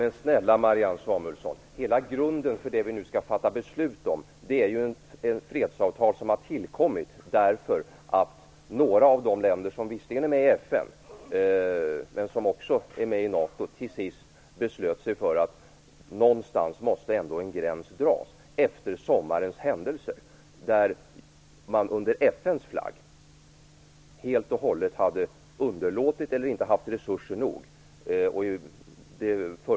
Men snälla Marianne Samuelsson, grunden för det som vi nu skall fatta beslut om är ju det fredsavtal som har tillkommit därför att några av de länder som är med i FN och också i NATO till sist beslutade sig för att en gräns ändå måste dras någonstans efter sommarens händelser då man under FN:s flagg helt och hållet hade underlåtit eller inte haft tillräckliga resurser.